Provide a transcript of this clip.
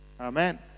amen